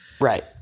Right